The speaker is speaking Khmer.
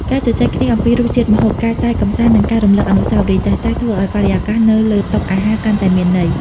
ការជជែកគ្នាអំពីរសជាតិម្ហូប ការសើចកម្សាន្ត និងការរំលឹកពីអនុស្សាវរីយ៍ចាស់ៗ ធ្វើឱ្យបរិយាកាសនៅលើតុអាហារកាន់តែមានន័យ។